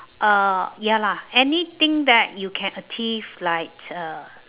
uh ya lah anything that you can achieve like uh